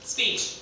Speech